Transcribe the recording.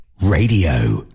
Radio